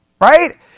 Right